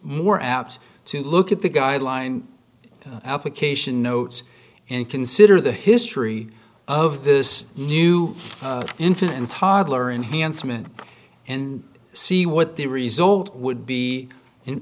more apt to look at the guideline application notes and consider the history of this new infant and toddler enhancement and see what the result would be